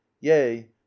yea